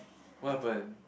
what happen